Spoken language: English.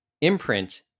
imprint